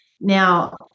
Now